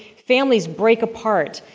families break part,